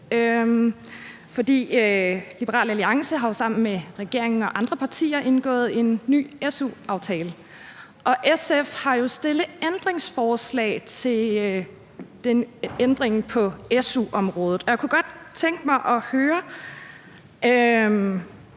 for Liberal Alliance har jo sammen med regeringen og andre partier indgået en ny su-aftale. SF har jo stillet ændringsforslag til ændringen på su-området, og jeg kunne godt tænke mig at høre,